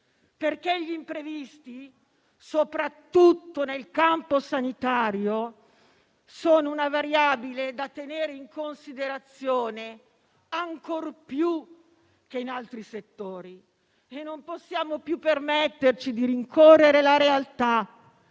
perché gli imprevisti, soprattutto nel campo sanitario, sono una variabile da tenere in considerazione ancora più che in altri settori. E non possiamo più permetterci di rincorrere la realtà,